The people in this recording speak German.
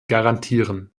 garantieren